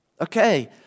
Okay